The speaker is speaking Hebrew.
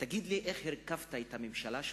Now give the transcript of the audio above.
תגיד לי איך הרכבת את הממשלה שלך,